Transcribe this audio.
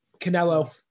Canelo